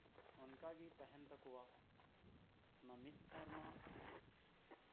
ᱚᱱᱠᱟ ᱜᱮ ᱛᱟᱦᱮᱱ ᱛᱟᱠᱚᱣᱟ ᱢᱤᱫ ᱥᱮᱨᱢᱟ